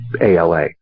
ALA